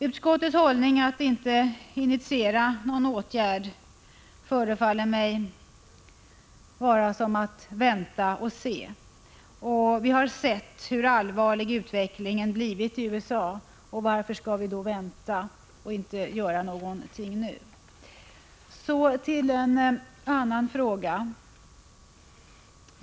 Utskottets hållning att inte initiera någon åtgärd innebär att vi skall ”vänta och se”. Men vi har sett hur allvarlig utvecklingen blivit i USA — varför skall vi då vänta och inte göra någonting nu? Så till en annan fråga.